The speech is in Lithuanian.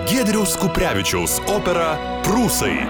giedriaus kuprevičiaus operą prūsai